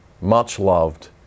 much-loved